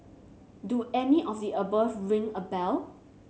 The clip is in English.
do any of the above ring a bell